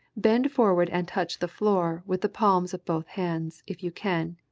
bend forward and touch the floor with the palms of both hands, if you can,